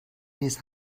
نیست